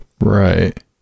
Right